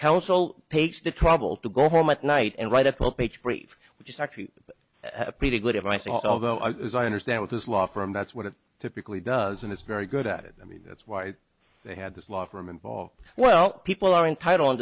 counsel takes the trouble to go home at night and write a poem page brief which is actually a pretty good advice although as i understand it this law firm that's what it typically does and it's very good at it i mean that's why they had this law firm involved well people are entitled